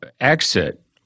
exit